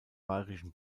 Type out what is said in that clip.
bayerischen